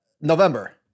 November